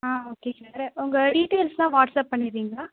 ஆ okay sir உங்கள் டீட்டெயில்ஸ்ஸெலாம் WhatsApp பண்ணிடுறீங்களா